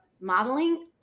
modeling